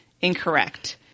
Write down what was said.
incorrect